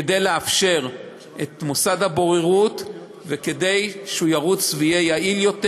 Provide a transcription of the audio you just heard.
כדי לאפשר את מוסד הבוררות וכדי שהוא ירוץ ויהיה יעיל יותר.